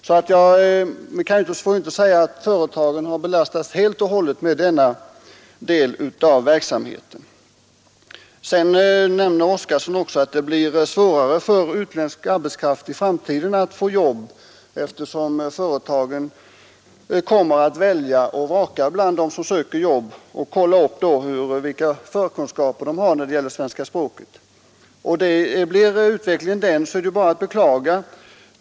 Herr Oskarson nämner också att det i framtiden blir svårare för utländsk arbetskraft att få jobb, eftersom företagen kommer att välja och vraka bland dem som söker arbete och då kolla upp vilka förkunskaper de har när det gäller svenska språket. Blir utvecklingen sådan är det bara att beklaga.